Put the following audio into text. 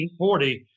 1940